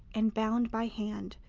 and bound, by hand,